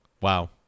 wow